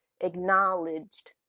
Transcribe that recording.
acknowledged